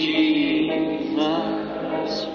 Jesus